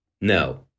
no